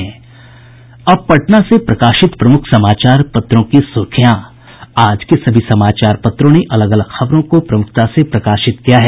अब पटना से प्रकाशित प्रमुख समाचार पत्रों की सुर्खियां आज से सभी समाचार पत्रों ने अलग अलग खबरों को प्रमुखता से प्रकाशित किया है